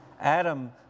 Adam